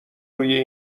روی